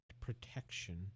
protection